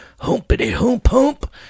humpity-hump-hump